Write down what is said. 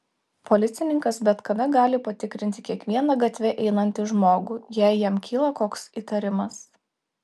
policininkas bet kada gali patikrinti kiekvieną gatve einantį žmogų jei jam kyla koks įtarimas